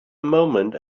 moment